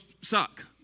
suck